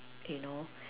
you know